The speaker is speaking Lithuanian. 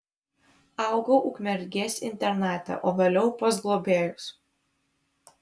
augau ukmergės internate o vėliau pas globėjus